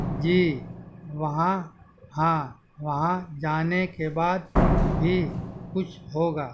جی وہاں ہاں وہاں جانے کے بعد بھی کچھ ہوگا